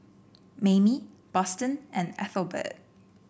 Mayme Boston and Ethelbert